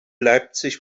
leipzig